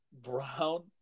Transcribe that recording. Brown